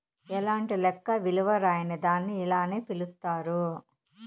ఎలాంటి లెక్క విలువ రాయని దాన్ని ఇలానే పిలుత్తారు